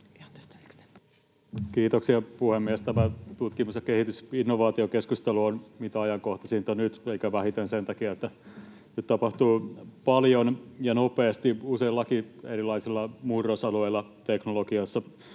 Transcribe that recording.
Kiitoksia, puhemies! Tämä tutkimus- ja kehitysinnovaatiokeskustelu on mitä ajankohtaisinta nyt eikä vähiten sen takia, että nyt tapahtuu paljon ja nopeasti useillakin erilaisilla murrosalueilla teknologiassa.